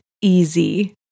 easy